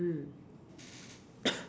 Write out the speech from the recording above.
mm